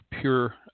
pure